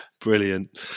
brilliant